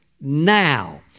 now